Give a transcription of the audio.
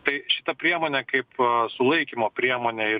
tai šita priemonė kaip sulaikymo priemonė ir